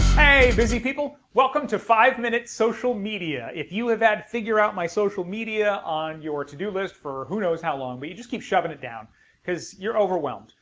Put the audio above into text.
hey busy people welcome to five minute social media. of you have had figure out my social media on your to do list for who knows how long but you just keep shoving it down because you're overwhelmed,